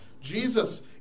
Jesus